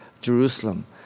Jerusalem